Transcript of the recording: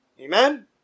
Amen